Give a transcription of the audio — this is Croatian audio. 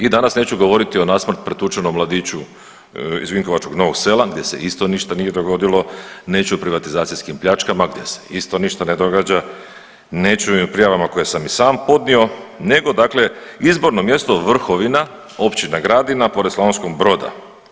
I danas neću govoriti o nasmrt pretučenom mladiću iz vinkovačkog Novog Sela gdje se isto ništa nije dogodilo, neću o privatizacijskim pljačkama gdje se isto ništa ne događa, neću ni o prijavama koje sam i sam podnio, nego dakle izborno mjesto Vrhovina, Općina Gradina pored Slavonskog Broda.